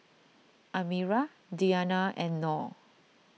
Amirah Diyana and Nor